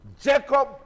Jacob